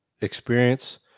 experience